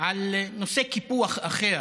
על נושא קיפוח אחר,